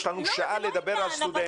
יש לנו שעה לדבר על סטודנטים.